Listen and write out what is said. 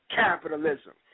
capitalism